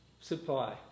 supply